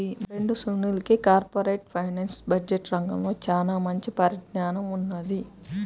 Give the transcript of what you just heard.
మా ఫ్రెండు సునీల్కి corporate finance, budget రంగాల్లో చానా మంచి పరిజ్ఞానం ఉన్నది